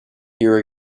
here